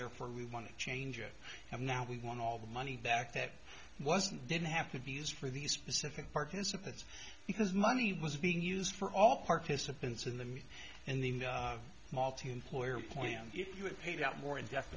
therefore we want to change it and now we want all the money back that wasn't didn't have to be used for these specific participants because money was being used for all participants in the me and the multi employer plans if you are paid out more in death